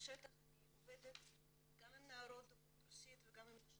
אני עובדת גם עם נערות דוברות רוסית וגם עם נשים